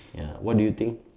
ya what do you think